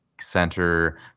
Center